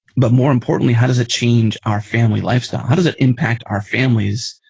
but more importantly how does it change our family lifestyle. how does it impact our families?